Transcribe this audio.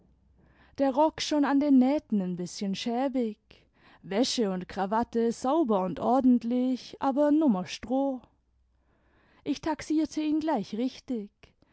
der rock schon an den nähten n bißchen schäbig wäsche und krawatte sauber und ordentlich aber nummer stroh ich taxierte ihn gleich richtig